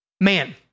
Man